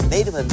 Native